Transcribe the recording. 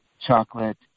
chocolate